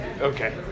Okay